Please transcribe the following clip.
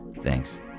Thanks